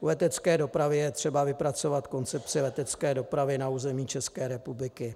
U letecké dopravy je třeba vypracovat koncepci letecké dopravy na území České republiky.